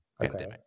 pandemic